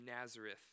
Nazareth